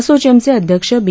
असोचेमचे अध्यक्ष बी